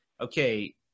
okay